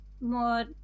more